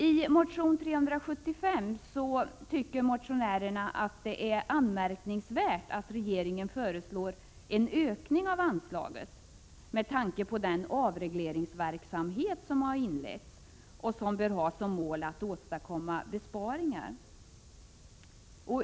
I motion N375 anförs att det är anmärkningsvärt att regeringen föreslår en ökning av anslaget med tanke på den avregleringsverksamhet som har inletts och som har som mål att åstadkomma besparingar.